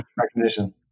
Recognition